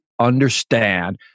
understand